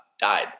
died